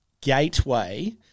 gateway